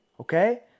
okay